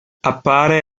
appare